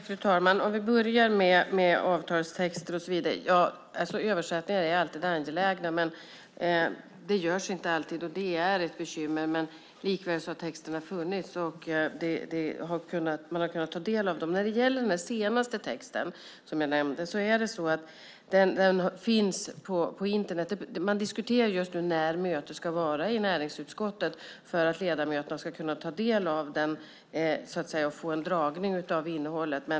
Fru talman! Vi kan börja med avtalstexter. Översättningar är alltid angelägna, men de görs inte alltid. Det är ett bekymmer, men likväl har texterna funnits och man har kunnat ta del av dem. När det gäller den senaste texten jag nämnde finns den på Internet. Man diskuterar just nu när mötet ska vara i näringsutskottet för att ledamöterna ska kunna ta del av den och få en föredragning av innehållet.